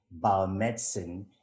biomedicine